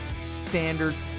standards